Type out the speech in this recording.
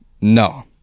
No